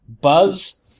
Buzz